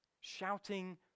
shouting